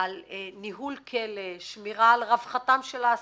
על ניהול כלא, שמירה על רווחתם של האסירים,